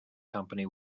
company